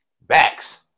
backs